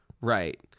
Right